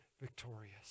victorious